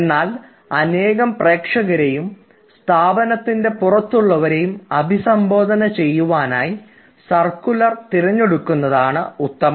എന്നാൽ അനേകം പ്രേക്ഷകരെയും സ്ഥാപനത്തിൻറെ പുറത്തുള്ളവരെയും അഭിസംബോധന ചെയ്യുവാനായി സർക്കുലർ തിരഞ്ഞെടുക്കുന്നതാണ് ഉത്തമം